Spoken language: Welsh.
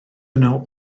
yno